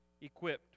equipped